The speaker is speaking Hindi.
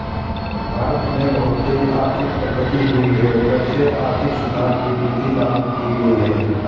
भारत में बहुत तेज आर्थिक प्रगति हुई है जब से आर्थिक सुधार की नीति लागू की गयी है